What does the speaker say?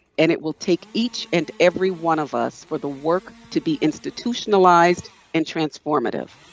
and it will take each and every one of us for the work to be institutionalized and transformative.